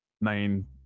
main